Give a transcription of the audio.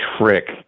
trick